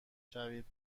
شوید